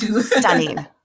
stunning